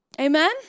Amen